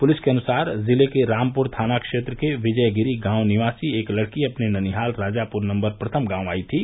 police के अनुसार जिले के रामपुर थाना क्षेत्र के विजयगिरी गांव निवासी पूजा अपने ननिहाल राजापुर नंबर प्रथम गांव आई थी